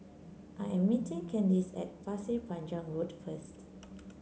I am meeting Kandice at Pasir Panjang Road first